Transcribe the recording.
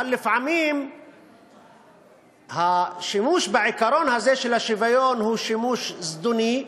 אבל לפעמים השימוש בעיקרון הזה של השוויון הוא שימוש זדוני,